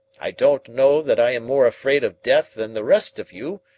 i don't know that i am more afraid of death than the rest of you,